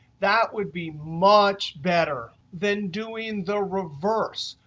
that would be much better than doing the reverse,